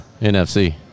NFC